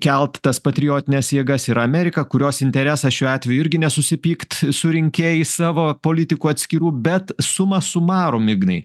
kelt tas patriotines jėgas yra amerika kurios interesas šiuo atveju irgi nesusipykt su rinkėjais savo politikų atskirų bet suma sumarum ignai